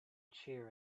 cheer